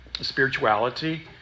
spirituality